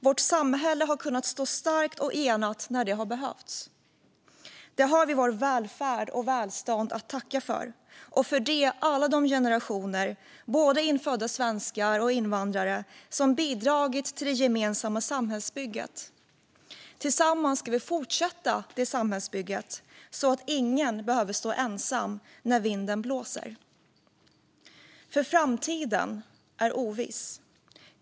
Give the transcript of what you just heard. Vårt samhälle har kunnat stå starkt och enat när det har behövts. Detta har vi vår välfärd och vårt välstånd att tacka för, och för det har vi att tacka alla de generationer - både infödda svenskar och invandrare - som har bidragit till det gemensamma samhällsbygget. Tillsammans ska vi fortsätta det samhällsbygget, så att ingen behöver stå ensam när vinden blåser. Framtiden är oviss.